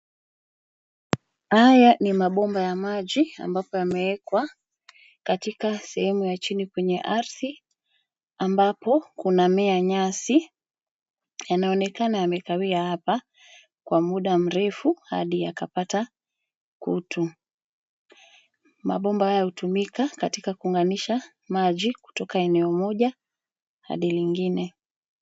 Haya ni mabomba ya maji ambapo yamewekwa, katika sehemu ya chini kwenye ardhi, ambapo, kunamea nyasi, yanaonekana yamekawia hapa, kwa muda mrefu hadi yakapata, kutu, mabomba haya hutumika katika kuunganisha maji kutoka eneo moja, hadi lingine.